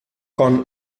con